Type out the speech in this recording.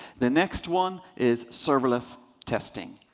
the next one is serverless testing.